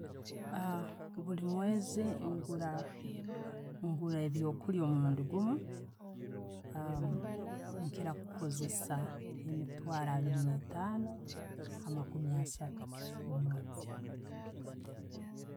Bulimweezi ngura, ngura ebyokulya omurundi gumu. Nkiira kukozesa emitwaro abiiri nentaano ha'makuumi asaatu buli mwezi.